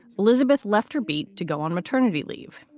elizabeth left her beat to go on maternity leave.